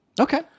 Okay